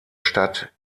stadt